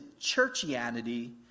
churchianity